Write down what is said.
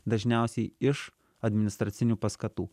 dažniausiai iš administracinių paskatų